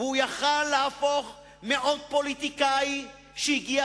והוא יכול היה להפוך מעוד פוליטיקאי שהגיע